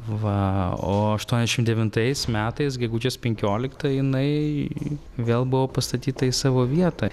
va o aštuoniasdešimt devintais metais gegužės penkioliktą jinai vėl buvo pastatyta į savo vietą